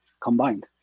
combined